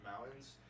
mountains